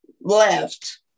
left